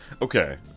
Okay